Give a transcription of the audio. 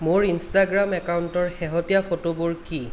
মোৰ ইনষ্টাগ্ৰাম একাউণ্টৰ শেহতীয়া ফটোবোৰ কি